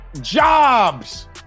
jobs